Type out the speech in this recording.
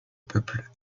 peuple